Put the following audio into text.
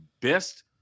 best